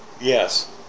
Yes